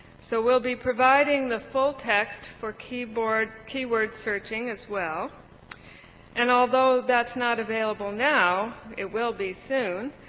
so we'll be providing the full text for keyword keyword searching as well and although that's not available now, it will be soon.